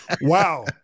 wow